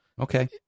Okay